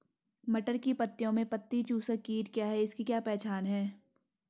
मटर की पत्तियों में पत्ती चूसक कीट क्या है इसकी क्या पहचान है?